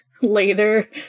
later